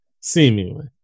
Seemingly